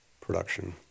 production